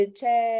c'è